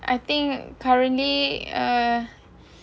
I think currently uh